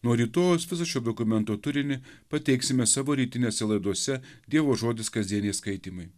nuo rytojaus visą šio dokumento turinį pateiksime savo rytinėse laidose dievo žodis kasdieniai skaitymai